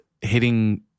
hitting